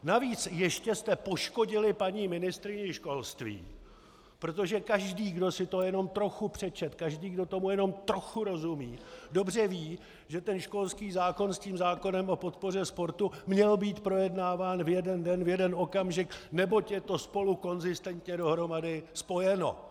Navíc ještě jste poškodili paní ministryni školství, protože každý, kdo si to jenom trochu přečetl, každý, kdo tomu jenom trochu rozumí, dobře ví, že školský zákon se zákonem o podpoře sportu měl být projednáván v jeden den, v jeden okamžik, neboť je to spolu konzistentně dohromady spojeno!